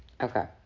Okay